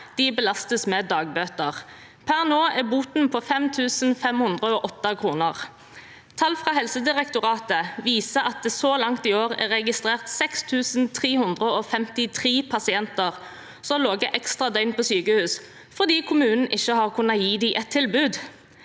belastes med dagbøter. Per nå er boten på 5 508 kr. Tall fra Helsedirektoratet viser at så langt i år er det registrert 6 353 pasienter som har ligget ekstra døgn på sykehus fordi kommunen ikke har kunnet gi dem et tilbud.